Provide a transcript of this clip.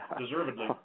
Deservedly